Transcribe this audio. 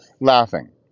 laughing